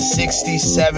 67